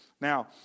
Now